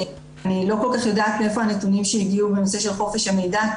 אני לא כל כך יודעת מאיפה הנתונים שהגיעו בנושא של חוק חופש המידע.